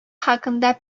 hakkında